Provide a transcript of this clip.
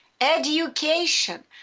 Education